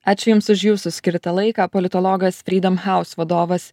ačiū jums už jūsų skirtą laiką politologas freedom house vadovas